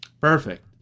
Perfect